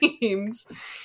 games